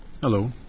Hello